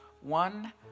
one